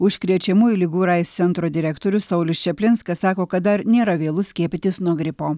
užkrečiamųjų ligų ir aids centro direktorius saulius čaplinskas sako kad dar nėra vėlu skiepytis nuo gripo